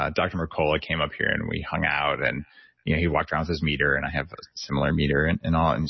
ah dr. mercola came up here and we hung out. you know he walked around with his meter and i have similar meter and and all. and